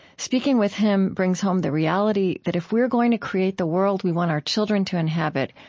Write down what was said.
speaking with him brings home the reality that if we're going to create the world we want our children to inhabit,